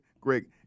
Greg